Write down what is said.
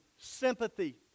sympathy